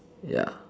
ya